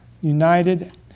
united